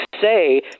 say